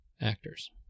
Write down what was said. actors